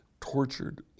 tortured